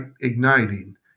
igniting